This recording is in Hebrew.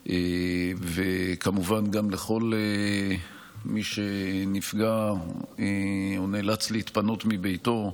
וכמובן גם לכל מי שנפגע או נאלץ להתפנות מביתו,